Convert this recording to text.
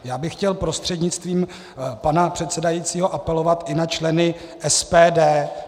Já bych chtěl prostřednictvím pana předsedajícího apelovat i na členy SPD.